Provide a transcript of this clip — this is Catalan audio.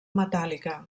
metàl·lica